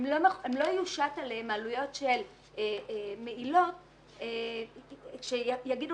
לא יושתו עליהם העלויות של מעילות כאשר יאמרו